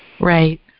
Right